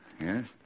Yes